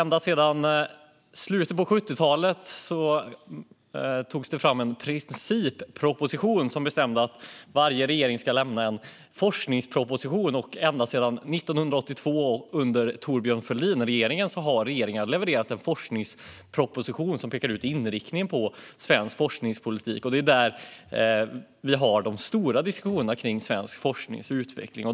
I slutet av 70-talet togs det fram en principproposition om att varje regering ska lämna en forskningsproposition. Och ända sedan 1982, då Thorbjörn Fälldin ledde regeringen, har regeringen levererat en forskningsproposition som pekar ut inriktningen för svensk forskningspolitik. Det är där vi har de stora diskussionerna kring svensk forsknings utveckling.